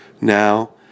Now